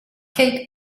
kate